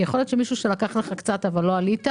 יכול להיות שמישהו לקח לך מעט, אבל לא עלית,